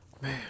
Man